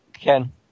Ken